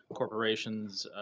corporations